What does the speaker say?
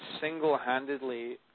single-handedly